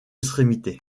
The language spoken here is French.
extrémité